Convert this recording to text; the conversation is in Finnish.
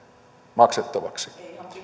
maksettavaksi